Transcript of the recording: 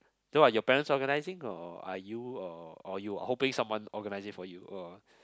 so what your parents organizing or are you or or you all hoping someone organizing for you all